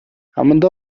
амандаа